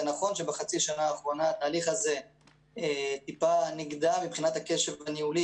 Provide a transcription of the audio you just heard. זה נכון בחצי השנה האחרונה התהליך הזה טיפה נגדע מבחינת הקשב הניהולי,